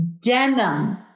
denim